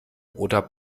oder